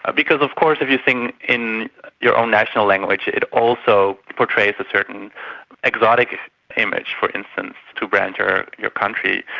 ah because of course if you sing in your own national language it also portrays a certain exotic image, for instance, to brand your your country.